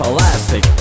Plastic